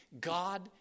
God